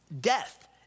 death